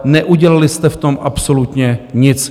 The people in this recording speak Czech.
Neudělali jste v tom absolutně nic.